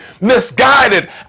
misguided